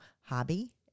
hobby